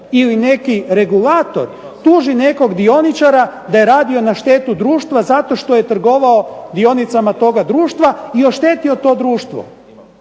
ili neki regulator tuži nekog dioničara da je radio na štetu društva zato što je trgovao dionicama toga društva i oštetio to društvo.